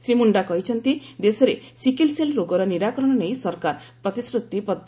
ଶ୍ରୀ ମୁଣ୍ଡା କହିଛନ୍ତି ଦେଶରେ sickle cell ରୋଗର ନିରାକରଣ ନେଇ ସରକାର ପ୍ରତିଶ୍ରତିବଦ୍ଧ